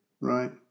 Right